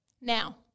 now